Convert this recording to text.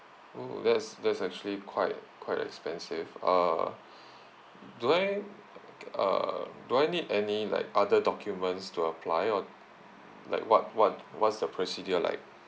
oh that's that's actually quite quite expensive uh do I like uh do I need any like other documents to apply or like what what what's the procedure like